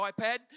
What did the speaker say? iPad